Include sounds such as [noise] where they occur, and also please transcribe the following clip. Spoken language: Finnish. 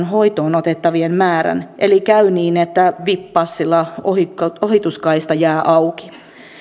[unintelligible] hoitoon otettavien määrää eli käy niin että vip passilla ohituskaista jää auki